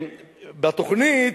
בתוכנית,